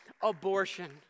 abortion